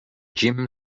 jim